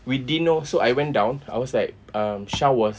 we didn't know so I went down I was like um sya was